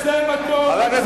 רבותי,